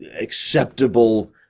acceptable